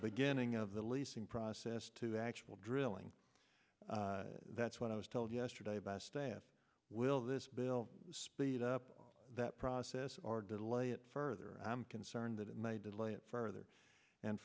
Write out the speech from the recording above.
beginning of the leasing process to actual drilling that's what i was told yesterday by staff will this bill speed up that process or delay it further i'm concerned that it may delay it further and